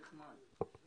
לחבר הכנסת לוי,